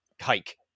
hike